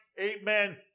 amen